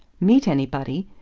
meet anybody?